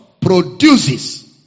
produces